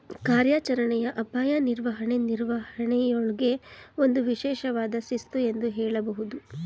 ಕಾರ್ಯಾಚರಣೆಯ ಅಪಾಯ ನಿರ್ವಹಣೆ ನಿರ್ವಹಣೆಯೂಳ್ಗೆ ಒಂದು ವಿಶೇಷವಾದ ಶಿಸ್ತು ಎಂದು ಹೇಳಬಹುದು